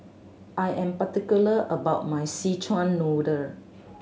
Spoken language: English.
I am particular about my Szechuan Noodle